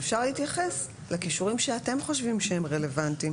ואפשר להתייחס לכישורים שאתם חושבים שהם רלוונטיים,